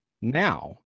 now